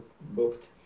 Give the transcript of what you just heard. booked